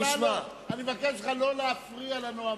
חבר הכנסת אפללו, אני מבקש ממך לא להפריע לנואמים.